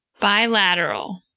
bilateral